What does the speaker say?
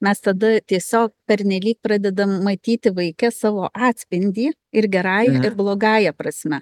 mes tada tiesiog pernelyg pradedam matyti vaike savo atspindį ir gerąja ir blogąja prasme